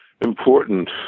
important